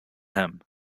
him